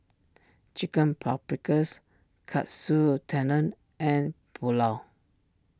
Chicken Paprikas Katsu Tendon and Pulao